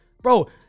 Bro